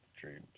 dreams